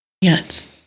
Yes